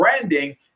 branding